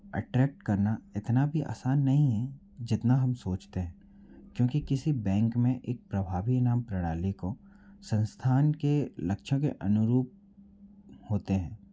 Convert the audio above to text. attract करना इतना भी आसान नहीं है जितना हम सोचते हैं क्योंकि किसी बैंक में एक प्रभावी नाम प्रणाली को संस्थान के लक्षण के अनुरूप होते हैं